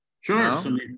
Sure